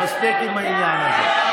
מספיק עם העניין הזה.